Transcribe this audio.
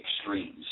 extremes